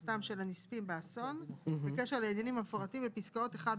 הנספים באסון בקשר לעניינים המפורטים בפסקאות (1)